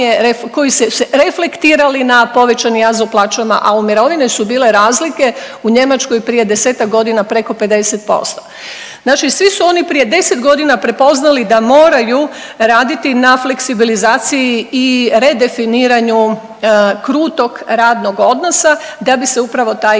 koji su se reflektirali na povećani jaz u plaćama, a u mirovine su bile razlike, u Njemačkoj prije 10-ak godina preko 50%. Znači svi su oni prije 10 godina prepoznali da moraju raditi na fleksibilizaciji i redefiniranju krutog radnog odnosa da bi se upravo taj